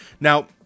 now